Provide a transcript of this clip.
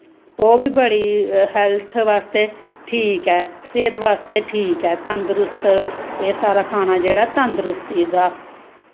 ओह्बी बड़ी हैल्थ बास्तै ठीक ऐ सेह्त बास्तै ठीक ऐ तंदरुस्त एह् सारा खाना जेह्ड़ा तंदरुस्ती दा